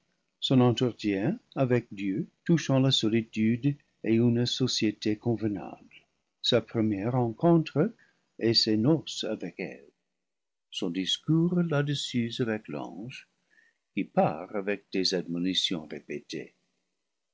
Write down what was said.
son entretien avec dieu touchant la solitude et une société convenable sa premières rencontre et ses noces avec eve son discours là-dessus avec l'ange qui part avec des admonitions répétées